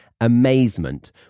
amazement